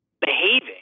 behaving